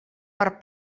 per